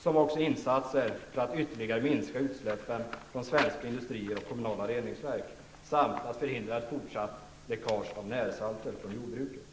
som insatser för att ytterligare minska utsläppen från svenska industrier och kommunala reningsverk samt att förhindra fortsatt läckage av närsalter från jordbruket.